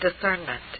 discernment